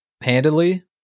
Handedly